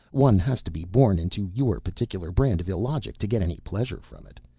one has to be born into your particular brand of illogic to get any pleasure from it.